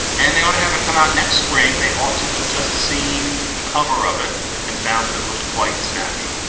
and they ought to have it come out next spring. they ought to have just seen the cover of it and found that it looked quite snappy.